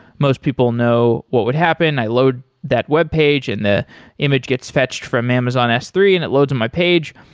most people know what would happen. i load that web page and the image gets fetched from amazon s three and it loads in my page.